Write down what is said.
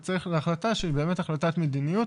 וצריך החלטה שהיא החלטת מדיניות